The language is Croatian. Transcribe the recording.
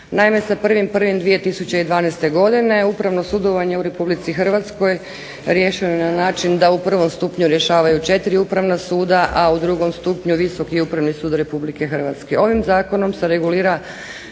Naime, sa 1.01.2012. godine upravno sudovanje u RH riješeno je na način da u prvom stupnju rješavaju 4 upravna suda, a u drugom stupnju Visoki Upravni sud RH. Ovim zakonom se regulira